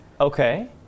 Okay